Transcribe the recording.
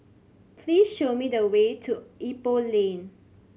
please show me the way to Ipoh Lane